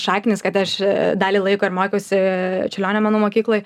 šaknys kad aš dalį laiko ir mokiausi čiurlionio menų mokykloj